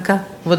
רגע.